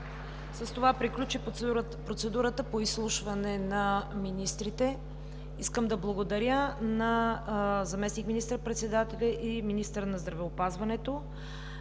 С това приключи процедурата по изслушване на министрите. Искам да благодаря на заместник министър-председателя и министър на здравеопазването,